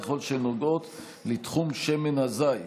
ככל שהן נוגעות לתחום שמן הזית.